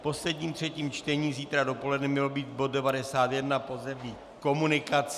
Posledním třetím čtením zítra dopoledne by měl být bod 91, pozemní komunikace.